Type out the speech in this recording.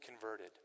converted